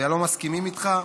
ולא מסכימים איתך,